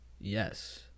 Yes